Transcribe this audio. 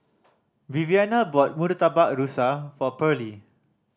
Viviana brought Murtabak Rusa for Pearly